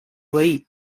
veí